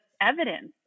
evidence